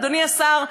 אדוני השר,